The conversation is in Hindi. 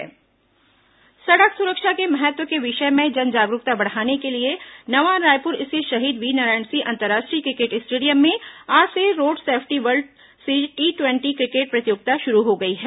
रोड सेफ्टी क्रिकेट टूर्नामेंट सड़क सुरक्षा के महत्व के विषय में जन जागरूकता बढ़ाने के लिए नवा रायपुर स्थित शहीद वीरनारायण सिंह अंतर्राष्ट्रीय क्रिकेट स्टेडियम में आज से road safety world series T ट्वेटी क्रिकेट प्रतियोगिता शुरू हो गई है